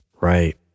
Right